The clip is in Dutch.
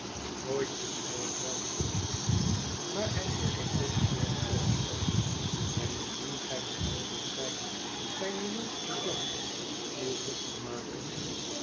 nooit doet hij er zelf iets aan maar hij is er toch zeer trotsch op en indien gij voornemens zijt zijne jongste dochter uw hof te maken